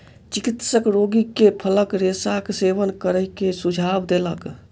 चिकित्सक रोगी के फलक रेशाक सेवन करै के सुझाव देलक